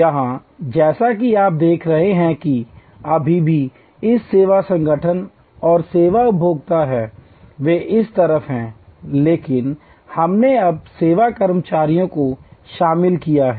यहां जैसा कि आप देख रहे हैं कि अभी भी इस सेवा संगठन और सेवा उपभोक्ता हैं वे इस तरफ हैं लेकिन हमने अब सेवा कर्मचारियों को शामिल किया है